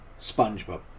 SpongeBob